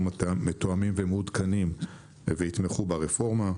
מתואמים ומעודכנים ויתמכו ברפורמה.